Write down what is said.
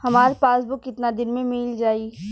हमार पासबुक कितना दिन में मील जाई?